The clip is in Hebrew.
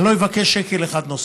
אני לא אבקש שקל אחד נוסף.